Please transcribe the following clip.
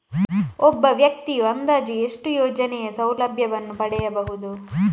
ಒಬ್ಬ ವ್ಯಕ್ತಿಯು ಅಂದಾಜು ಎಷ್ಟು ಯೋಜನೆಯ ಸೌಲಭ್ಯವನ್ನು ಪಡೆಯಬಹುದು?